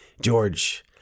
George